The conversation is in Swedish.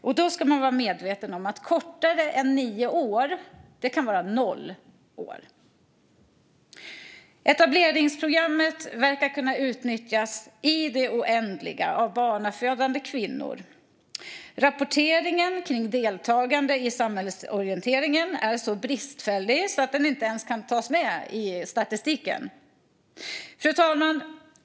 Och då ska man vara medveten om att kortare än nio år kan vara noll år. Etableringsprogrammet verkar kunna utnyttjas i det oändliga av barnafödande kvinnor. Rapporteringen kring deltagande i samhällsorienteringen är så bristfällig att den inte ens kan tas med i statistiken. Fru talman!